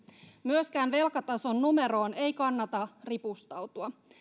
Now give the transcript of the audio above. myöskään velkatason numeroon ei kannata ripustautua